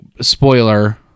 spoiler